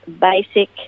basic